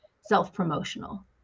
self-promotional